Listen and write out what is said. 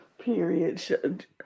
Period